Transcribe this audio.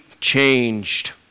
changed